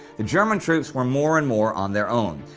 the german troops were more and more on their own,